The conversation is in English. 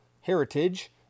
heritage